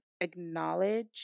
acknowledge